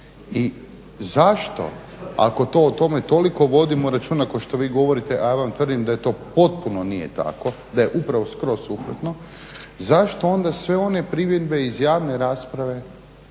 I zašto, ako o tome toliko vodimo računa kao što vi govorite, a ja vam tvrdim da to potpuno nije tako, da je upravo skroz suprotno, zašto onda sve one primjedbe iz javne rasprave